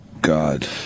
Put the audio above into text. god